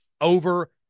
over